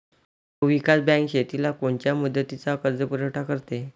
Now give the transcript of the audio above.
भूविकास बँक शेतीला कोनच्या मुदतीचा कर्जपुरवठा करते?